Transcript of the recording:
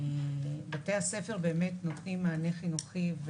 בתי הספר באמת נותנים מענה חינוכי,